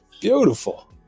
beautiful